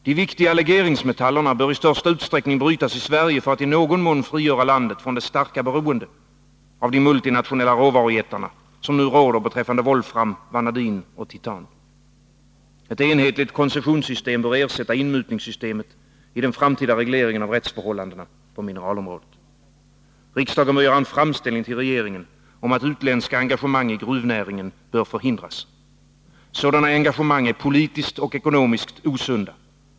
De viktiga legeringsmetallerna bör i största möjliga utsträckning brytas i Sverige för att i någon mån frigöra landet från det starka beroende av de multinationella råvarujättarna som nu råder beträffande volfram, vanadin och titan. Ett enhetligt koncessionssystem bör ersätta inmutningssystemet i den framtida regleringen av rättsförhållandena på mineralområdet. Riksdagen bör göra en framställning till regeringen om att utländska engagemang i gruvnäringen bör förhindras. Sådana engagemang är politiskt och ekonomiskt osunda.